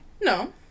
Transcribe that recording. No